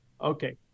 Okay